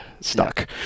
stuck